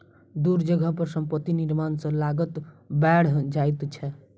दूर जगह पर संपत्ति निर्माण सॅ लागत बैढ़ जाइ छै